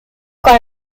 con